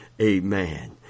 amen